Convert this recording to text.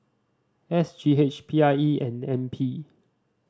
S G H P I E and N P